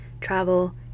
travel